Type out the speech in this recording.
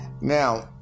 Now